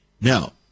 Now